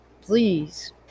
Please